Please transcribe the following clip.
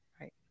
Right